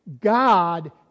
God